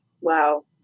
Wow